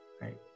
Right